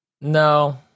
No